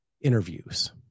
interviews